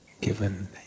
given